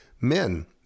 men